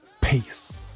Peace